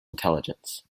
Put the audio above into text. intelligence